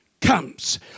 comes